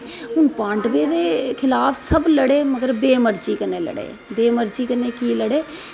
क्यों पाडवें दे खिलाफ सब लडे़ मगर बे मर्जी कन्नै लडे़ बे मर्जी कन्नै की लडे़